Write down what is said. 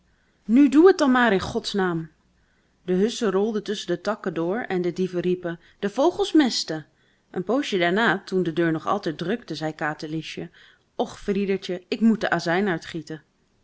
nu doe het dan maar in god's naam de hussen rolden tusschen de takken door en de dieven riepen de vogels mesten een poosje daarna toen de deur nog altijd drukte zei katerliesje och friedertje ik moet de azijn uitgieten